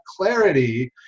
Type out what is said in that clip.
clarity